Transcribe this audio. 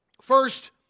First